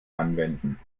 anwenden